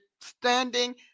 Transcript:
standing